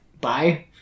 Bye